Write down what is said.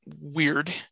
weird